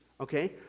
Okay